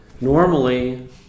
normally